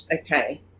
okay